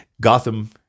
Gotham